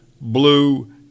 blue